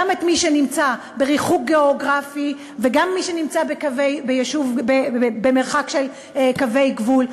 גם את מי שנמצא בריחוק גיאוגרפי וגם מי שנמצא במרחק של קווי גבול,